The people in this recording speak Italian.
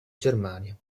germania